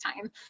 time